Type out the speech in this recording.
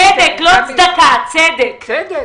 צדק.